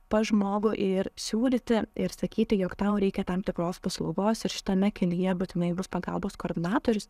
pas žmogų ir siūlyti ir sakyti jog tau reikia tam tikros paslaugos ir šitame kelyje būtinai bus pagalbos koordinatorius